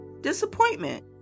disappointment